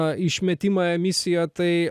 dujų išmetimą misiją tai